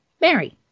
Mary